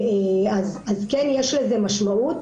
יש לזה משמעות.